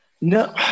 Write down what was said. no